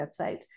website